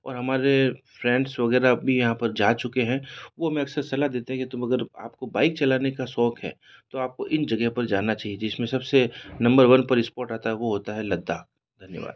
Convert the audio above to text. और हमारे फ्रेंड्स वगैरह भी यहाँ पर जा चुके हैं वह हमें अक्सर सलाह देते है कि तुम अगर आपको बाइक चलाने का शौक़ है तो आपको इन जगह पर जाना चाहिए जिसमें सबसे नम्बर वन पर स्पोर्ट आता है वह होता है वह होता है लद्दाख धन्यवाद